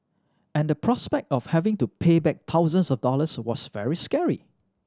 and the prospect of having to pay back thousands of dollars was very scary